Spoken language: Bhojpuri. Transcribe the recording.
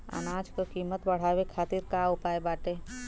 अनाज क कीमत बढ़ावे खातिर का उपाय बाटे?